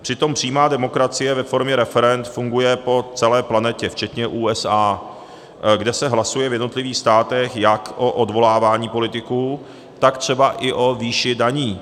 Přitom přímá demokracie ve formě referend funguje po celé planetě včetně USA, kde se hlasuje v jednotlivých státech jak o odvolávání politiků, tak třeba i o výši daní.